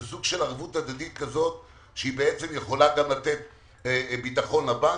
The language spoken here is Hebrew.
זה סוג של ערבות הדדית כזאת שהיא בעצם יכולה גם לתת ביטחון לבנק.